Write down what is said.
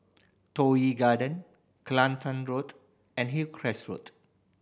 Toh Yi Garden Kelantan Road and Hillcrest Road